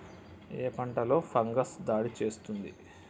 ఏ పంటలో ఫంగస్ దాడి చేస్తుంది?